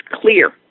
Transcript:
clear